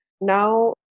Now